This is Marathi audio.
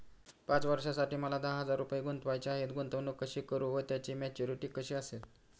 पाच वर्षांसाठी मला दहा हजार रुपये गुंतवायचे आहेत, गुंतवणूक कशी करु व त्याची मॅच्युरिटी कशी असेल?